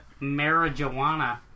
marijuana